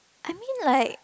I mean like